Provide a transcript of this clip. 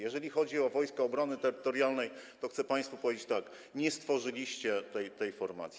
Jeżeli chodzi o Wojska Obrony Terytorialnej, to chcę państwu powiedzieć tak: nie stworzyliście tej formacji.